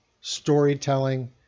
storytelling